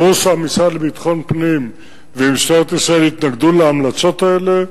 ברור שהמשרד לביטחון פנים ומשטרת ישראל התנגדו להמלצות האלה.